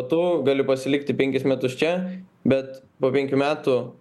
tu gali pasilikti penkis metus čia bet po penkių metų